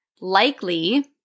likely